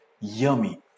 yummy